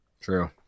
True